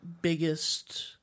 biggest